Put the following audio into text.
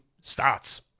starts